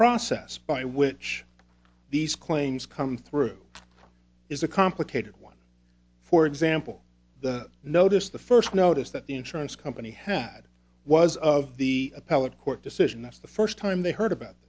process by which these claims come through is a complicated one for example the notice the first notice that the insurance company had was of the appellate court decision that's the first time they heard about